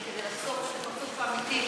ואסטרטגיית השתיקה נכשלה כישלון חרוץ,